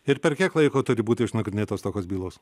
ir per kiek laiko turi būti išnagrinėtos tokios bylos